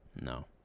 no